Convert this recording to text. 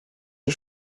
die